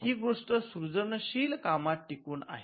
ही गोष्ट सृजनशील कामात टिकून आहे